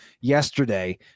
yesterday